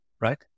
right